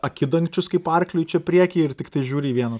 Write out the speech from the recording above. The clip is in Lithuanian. akidangčius kaip arkliui čia prieky ir tiktai žiūri į vieną